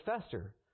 fester